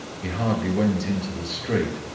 he hardly went into the street,